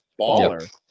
Baller